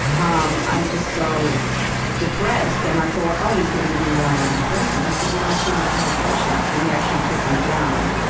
um i'm just so depressed. and i thought, oh he's going to give me more antidepressants. he said, you're on too much medication. and he actually took me down.